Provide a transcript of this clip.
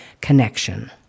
connection